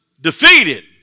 defeated